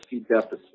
deficit